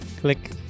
Click